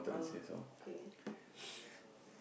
uh okay